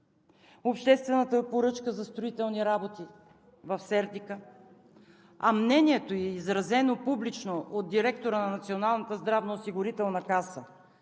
Обществената поръчка за строителни работи в Сердика? А мнението, изразено публично от директора на Националната здравноосигурителна каса,